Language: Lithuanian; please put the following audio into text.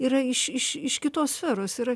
yra iš iš iš kitos sferos yra